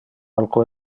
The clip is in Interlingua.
alco